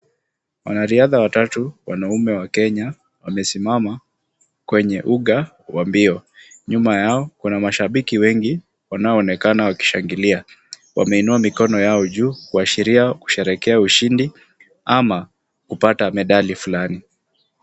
Wanariadha watatu wanaume wa Kenya wamesimama kwenye uga wa mbio. Nyuma yao kuna mashabiki wengi wanaoonekana wakishangilia. Wameinua mikono yao juu wakiashiria ushindi ama kupata medali fulani.